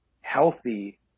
healthy